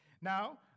Now